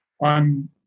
on